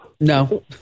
no